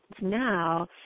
now